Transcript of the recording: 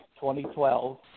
2012